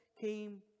came